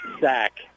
sack